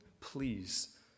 Please